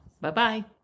Bye-bye